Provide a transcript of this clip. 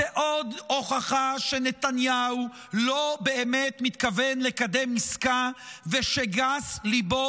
זו עוד הוכחה שנתניהו לא באמת מתכוון לקדם עסקה ושגס ליבו